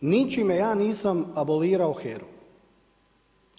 Ničime ja nisam abolirao HERA-u.